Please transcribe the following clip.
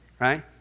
Right